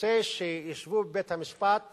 רוצה שישבו בבית-המשפט